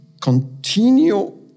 continue